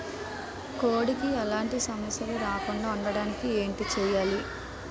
కోడి కి ఎలాంటి సమస్యలు రాకుండ ఉండడానికి ఏంటి చెయాలి?